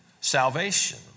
salvation